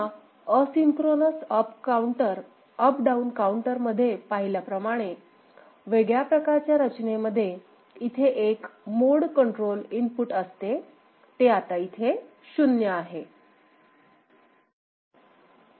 पुन्हा asynchronous up down counter मध्ये पाहिल्या प्रमाणे वेगळ्या प्रकारच्या रचनेमध्ये इथे एक मोड कंट्रोल इनपुट असते ते आता इथे शून्य आहे